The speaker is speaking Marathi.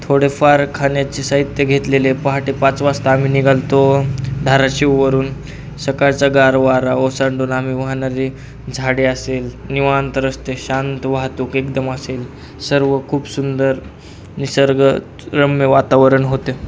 थोडंफार खाण्याची साहित्य घेतलेले पहाटे पाच वाजता आम्ही निघालो होतो धाराशीववरून सकाळचा गार वारा ओसांडून आम्ही वाहणारी झाडे असेल निवांत रस्ते शांत वाहतूक एकदम असेल सर्व खूप सुंदर निसर्गरम्य वातावरण होते